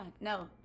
no